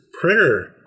printer